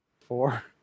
Four